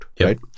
right